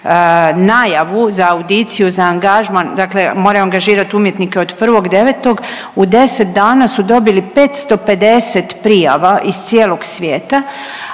najavu za audiciju za angažman, dakle moraju angažirat umjetnike od 1.9., u 10 dana su dobili 550 prijava iz cijelog svijeta,